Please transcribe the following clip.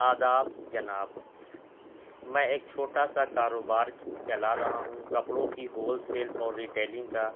آداب جناب میں ایک چھوٹا سا کاروبار چلا رہا ہوں کپڑوں کی ہول سیل اور ریٹیلنگ کا